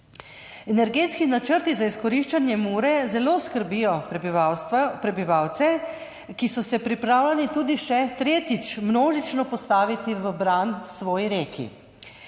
Energetski načrti za izkoriščanje Mure zelo skrbijo prebivalce, ki so se pripravljeni tudi še tretjič množično postaviti v bran svoji reki,